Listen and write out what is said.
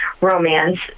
romance